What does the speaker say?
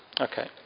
Okay